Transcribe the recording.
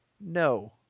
no